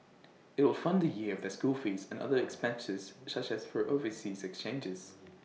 IT will fund A year of their school fees and other expenses such as for overseas exchanges